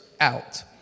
out